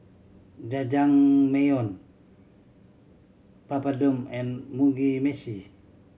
Jajangmyeon Papadum and Mugi Meshi